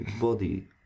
body